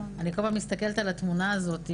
אני בכל פעם מסתכלת על התמונה הזאת,